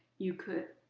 you could,